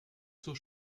zur